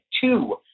two